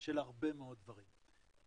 של הרבה מאוד דברים.